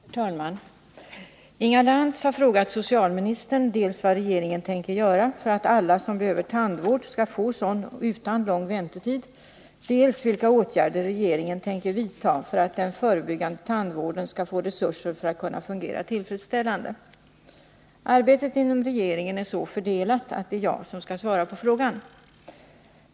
Herr talman! Inga Lantz har frågat socialministern dels vad regeringen tänker göra för att alla som behöver tandvård skall få sådan utan lång väntetid, dels vilka åtgärder regeringen tänker vidta för att den förebyggande tandvården skall få resurser för att kunna fungera tillfredsställande. Arbetet inom regeringen är så fördelat att det är jag som skall svara på frågan.